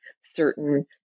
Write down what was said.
certain